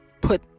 put